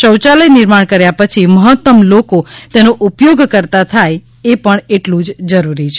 શૌયાલય નિર્માણ કર્યા પછી મહત્તમ લોકો તેનો ઉપયોગ કરતા થાય એ પણ એટલું જ જરૂરી છે